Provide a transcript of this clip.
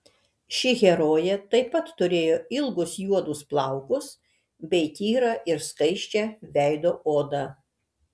ši herojė taip pat turėjo ilgus juodus plaukus bei tyrą ir skaisčią veido odą